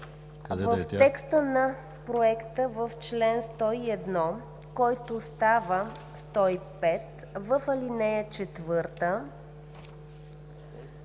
В текста на проекта в чл. 101, който става чл. 105, в ал. 4